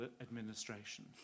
administration